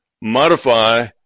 modify